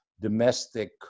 domestic